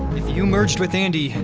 if you merged with andi,